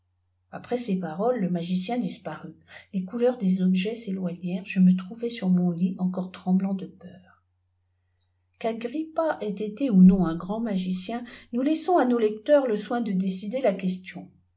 après cis paroles le magicien disparut les couleurs des objets s'éloignèrent je me trouvai sur mon lit encore tremblant de peur qu'agrippa ait été ou non un grand magicien nous laissons ai nos lecteurs le soin de décider la question